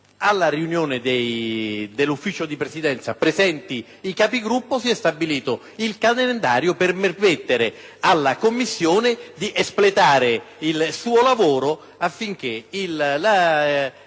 In sede di Ufficio di Presidenza, presenti i Capigruppo, si è stabilito il calendario per permettere alla Commissione di espletare il suo lavoro, affinché si